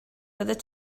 byddet